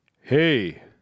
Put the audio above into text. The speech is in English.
Hey